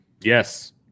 Yes